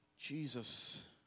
Jesus